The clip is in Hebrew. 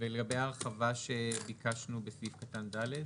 ולגבי ההרחבה שביקשנו בסעיף קטן (ד)?